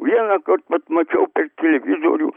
vienąkart vat mačiau per televizorių